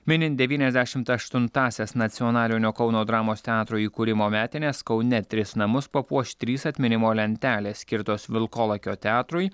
minint devyniasdešimt aštuntąsias nacionalinio kauno dramos teatro įkūrimo metines kaune tris namus papuoš trys atminimo lentelės skirtos vilkolakio teatrui